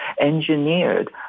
engineered